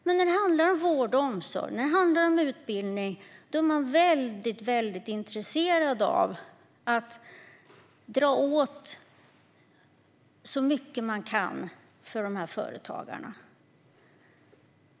Men när det handlar om vård och omsorg och om utbildning är man väldigt intresserad av att dra åt så mycket man kan för företagarna.